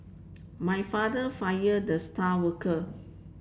my father fired the star worker